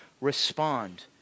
respond